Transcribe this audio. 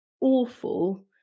awful